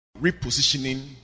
Repositioning